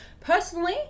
Personally